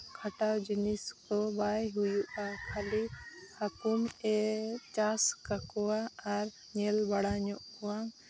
ᱠᱷᱟᱴᱟᱣ ᱡᱤᱱᱤᱥ ᱠᱚ ᱵᱟᱭ ᱦᱩᱭᱩᱜᱼᱟ ᱠᱷᱟᱹᱞᱤ ᱦᱟᱹᱠᱩᱢ ᱮᱢ ᱪᱟᱥ ᱠᱟᱠᱚᱣᱟ ᱟᱨ ᱧᱮᱞ ᱵᱟᱲᱟ ᱧᱚᱜ ᱠᱚᱣᱟᱢ